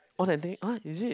authentic ah is it